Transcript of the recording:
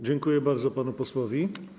Dziękuję bardzo panu posłowi.